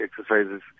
exercises